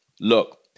Look